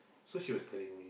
so she was telling me